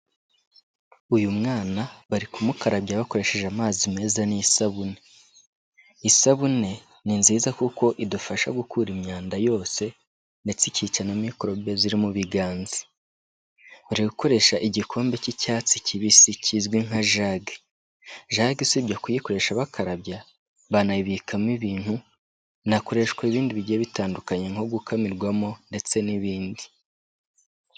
Uyu mwana bari kumukarabya bakoresheje amazi meza n'isabune. Isabune ni nziza kuko idufasha gukura imyanda yose ndetse ikica na mikorobe ziri mu biganza, bari gukoresha igikombe cy'icyatsi kibisi kizwi nka jage, jage usibye kuyikoresha bakarabya banayibikamo ibintu, inakoreshwa ibindi bigiye bitandukanye nko gukamirwamo ndetse n'ibindi.